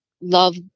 love